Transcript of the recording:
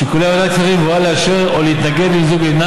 הוא אומר: